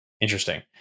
Interesting